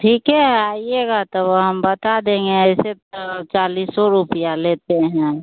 ठीक है आइएगा तो हम बता देंगे ऐसे तो चालीसो रुपये लेते हैं